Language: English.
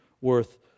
worth